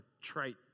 trite